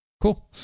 cool